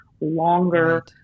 longer